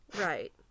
Right